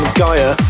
gaia